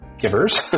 givers